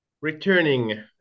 returning